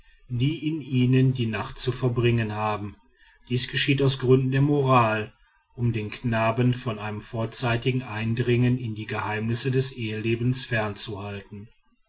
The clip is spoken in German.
die in ihnen die nacht zu verbringen haben dies geschieht aus gründen der moral um den knaben von einem vorzeitigen eindringen in die geheimnisse des ehelebens fernzuhalten